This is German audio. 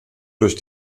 durch